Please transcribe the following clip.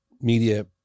media